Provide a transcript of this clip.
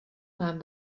mám